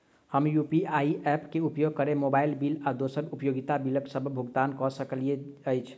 हम UPI app क उपयोग करके मोबाइल बिल आ दोसर उपयोगिता बिलसबक भुगतान कर सकइत छि